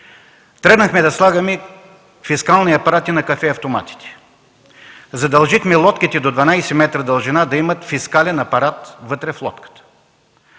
Тръгнахме да слагаме фискални апарати на кафе-автоматите. Задължихме лодките до 12 метра дължина да имат фискален апарат вътре в лодката.